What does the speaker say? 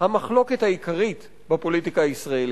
המחלוקת העיקרית בפוליטיקה הישראלית.